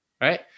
right